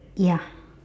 ya